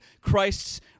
Christ's